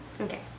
Okay